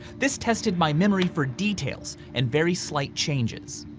this tested my memory for details, and very slight changes.